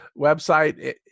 website